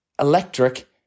electric